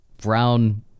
brown